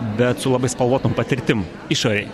bet su labai spalvotom patirtim išorėj